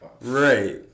Right